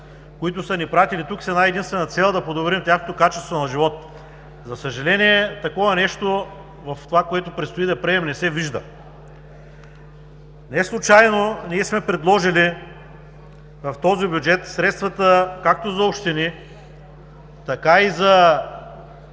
които са ни пратили тук с една единствена цел – да подобрим тяхното качество на живот. За съжаление такова нещо в това, което предстои да приемем, не се вижда. Неслучайно ние сме предложили в този бюджет средствата както за общини, така и за